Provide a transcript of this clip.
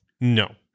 no